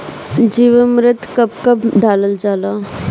जीवामृत कब कब डालल जाला?